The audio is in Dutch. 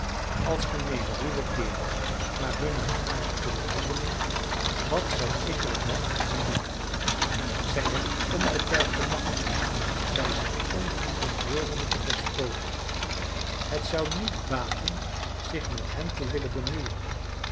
als gemeene ruwe kerels naar hunnen aard willen handelen wat zal ik er dan aan doen zij hebben onbeperkte macht zij zijn onverantwoordelijke despoten het zou niet baten zich met hen te willen bemoeien